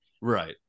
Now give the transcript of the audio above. Right